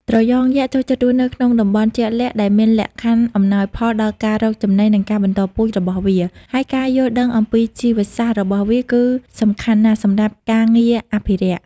ត្រយងយក្ស ចូលចិត្តរស់នៅក្នុងតំបន់ជាក់លាក់ដែលមានលក្ខខណ្ឌអំណោយផលដល់ការរកចំណី និងការបន្តពូជរបស់វា ហើយការយល់ដឹងអំពីជីវសាស្ត្ររបស់វាគឺសំខាន់ណាស់សម្រាប់ការងារអភិរក្ស។